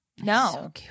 No